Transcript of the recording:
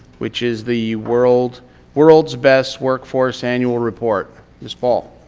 which is the world's world's best workforce annual report. ms. paul.